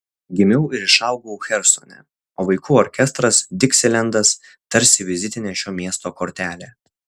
gimiau ir išaugau chersone o vaikų orkestras diksilendas tarsi vizitinė šio miesto kortelė